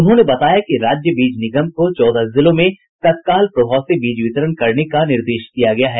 उन्होंने बताया कि राज्य बीज निगम को चौदह जिलों में तत्काल प्रभाव से बीज वितरण करने का निर्देश दिया गया है